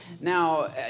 Now